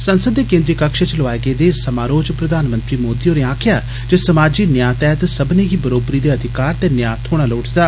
संसद दे केंद्री कक्ष च लोआए गेदे इस समारोह च प्रधानमंत्री मोदी होरें आखेआ जे समाजी न्याय तैहत सब्बनें गी बरोबरी दे अधिकार ते न्याय थ्होना लोड़चदा